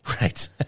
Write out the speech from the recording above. Right